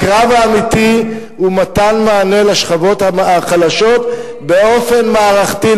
הקרב האמיתי הוא מתן מענה לשכבות החלשות באופן מערכתי,